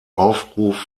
aufruf